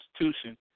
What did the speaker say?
institution